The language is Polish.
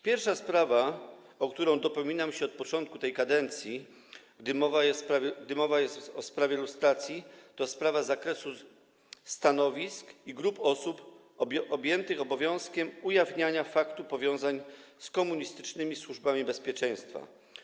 Pierwsza sprawa, o którą dopominam się od początku tej kadencji, gdy mowa jest o sprawie lustracji, to sprawa dotycząca stanowisk i grup osób objętych obowiązkiem ujawniania faktu powiązań z komunistycznymi służbami bezpieczeństwa.